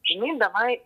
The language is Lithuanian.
žinai davai